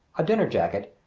a dinner jacket,